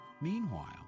Meanwhile